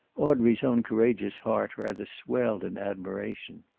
audrey's own courageous heart rather swelled in admiration.